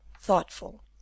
thoughtful